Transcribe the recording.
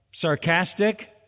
sarcastic